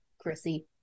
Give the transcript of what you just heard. Chrissy